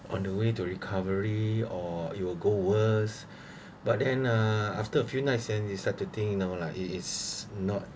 on the way to recovery or it will go worse but then uh after a few nights then is start to think no lah it is not